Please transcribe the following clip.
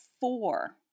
four